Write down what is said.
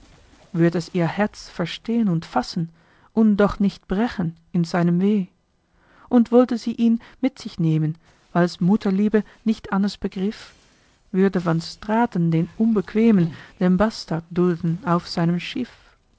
würd es ihr herz verstehn und fassen und doch nicht brechen in seinem weh und wollte sie ihn mit sich nehmen weil's mutterliebe nicht anders begriff würde van straten den unbequemen den bastard dulden auf seinem schiff